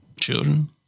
Children